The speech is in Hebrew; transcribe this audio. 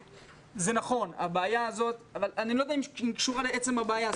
אבל אני לא יודע אם היא קשורה לעצם הבעיה.